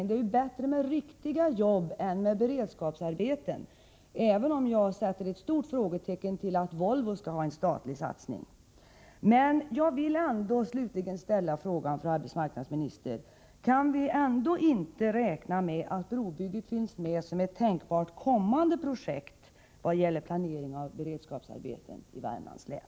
Det är ju bättre med riktiga jobb än med beredskapsarbeten, även om jag sätter ett stort frågetecken för att Volvo skall ha en statlig satsning. Men jag vill ändå slutligen ställa frågan, fru arbetsmarknadsminister: Kan vi räkna med att brobygget finns med som ett tänkbart kommande projekt när det gäller planeringen av beredskapsarbeten i Värmlands län?